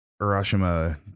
Urashima